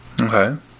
Okay